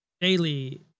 Daily